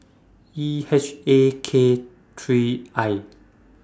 E H A K three I